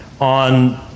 on